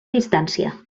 distància